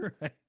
right